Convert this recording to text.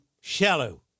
shallow